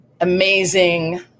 amazing